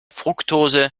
fruktose